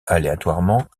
aléatoirement